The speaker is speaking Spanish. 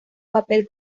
papel